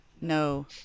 no